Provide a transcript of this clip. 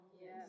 Yes